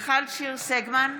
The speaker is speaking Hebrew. מיכל שיר סגמן,